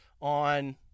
on